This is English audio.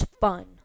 fun